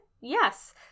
Yes